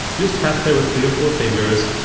you just tap there with three or four fingers,